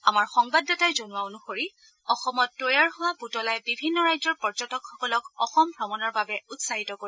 আমাৰ সংবাদদাতাই জনোৱা অনুসৰি অসমত তৈয়াৰ হোৱা পুতলাই বিভিন্ন ৰাজ্যৰ পৰ্যটকসকলক অসম ভ্ৰমণৰ বাবে উৎসাহিত কৰিব